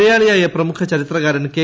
മലയാളിയായ പ്രമുഖ ചരിത്രകാരൻ കെ